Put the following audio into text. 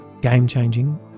game-changing